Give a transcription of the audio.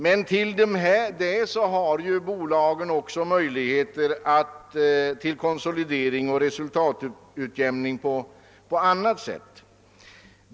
Därtill har bolagen möjligheter till konsolidering och resultatutjämning på annat sätt.